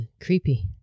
Creepy